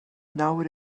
nawr